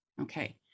Okay